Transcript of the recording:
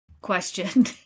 question